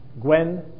Gwen